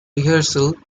rehearsal